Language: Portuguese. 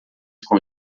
com